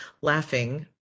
laughing